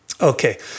Okay